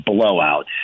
blowout